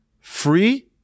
free